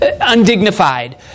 undignified